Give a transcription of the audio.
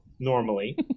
normally